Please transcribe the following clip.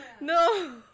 No